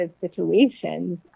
situations